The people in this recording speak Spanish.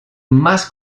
más